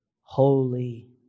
Holy